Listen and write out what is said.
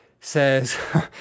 says